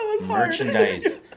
merchandise